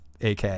AK